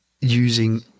using